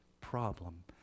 problem